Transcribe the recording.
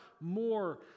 more